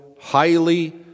highly